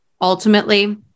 ultimately